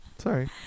Sorry